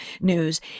news